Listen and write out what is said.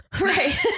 Right